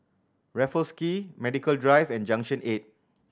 Raffles Quay Medical Drive and Junction Eight